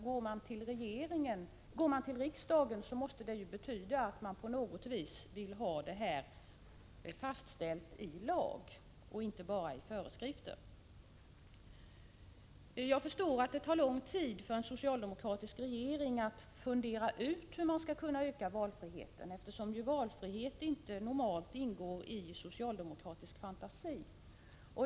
Går man till riksdagen måste det betyda att man på något vis vill ha det hela fastställt i lag och inte bara i föreskrifter. Jag förstår att det tar lång tid för en socialdemokratisk regering att fundera ut hur man skall kunna öka valfriheten, eftersom valfrihet ju normalt inte ingår i socialdemokratisk fantasi.